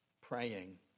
praying